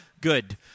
Good